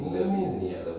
oo